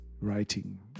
writing